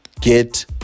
get